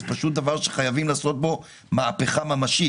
זה דבר שחייבים לעשות בו מהפכה ממשית.